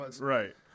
right